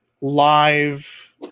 live